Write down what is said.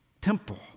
temple